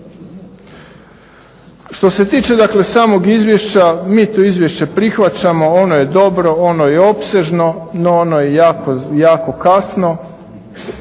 Što se tiče dakle samog izvješća mi to izvješće prihvaćamo. Ono je dobro, ono je opsežno no ono je jako kasno.